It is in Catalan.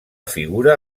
figura